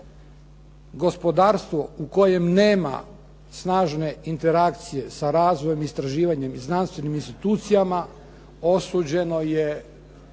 Gospodarstvo u kojem nema snažne interakcije sa razvojem, istraživanjem i znanstvenim institucijama osuđeno je